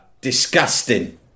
disgusting